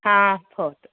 भवतु